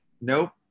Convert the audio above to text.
nope